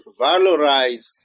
valorize